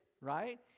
right